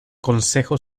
consejo